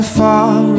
far